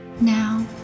Now